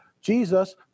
Jesus